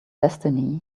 destiny